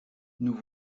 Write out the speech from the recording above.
nous